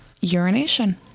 Urination